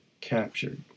captured